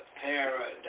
paradise